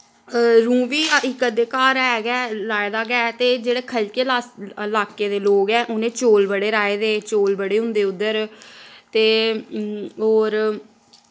रुंह् बी इक अद्धे घर ऐ गै लाए दा गै ते जेह्ड़े ख'ल्के लास लाक्के दे लोक ऐ उ'नें चौल बड़े राए दे चौल बड़े होंदे उद्धर ते होर